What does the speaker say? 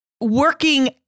working